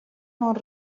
non